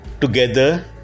Together